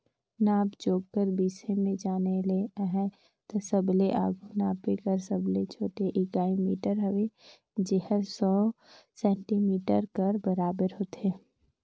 नाप जोख कर बिसे में जाने ले अहे ता सबले आघु नापे कर सबले छोटे इकाई मीटर हवे जेहर सौ सेमी कर बराबेर होथे